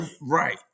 Right